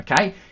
okay